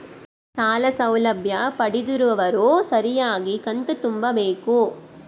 ಸಾಲ ಸೌಲಭ್ಯ ಪಡೆದಿರುವವರು ಸರಿಯಾಗಿ ಕಂತು ತುಂಬಬೇಕು?